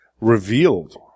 revealed